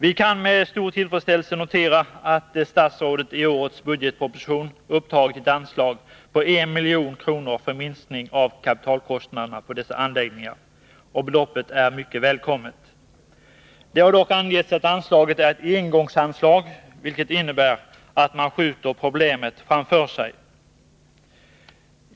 Vi kan med stor tillfredsställelse notera att statsrådet i årets budgetproposition upptagit ett anslag på 1 milj.kr. för minskning av kapitalkostnaderna på dessa anläggningar. Beloppet är mycket välkommet. Det har dock angetts att anslaget är ett engångsanslag, vilket innebär att man skjuter problemet framför sig.